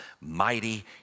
mighty